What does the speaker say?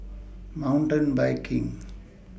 Mountain Biking